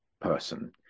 person